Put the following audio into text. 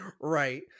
Right